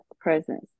presence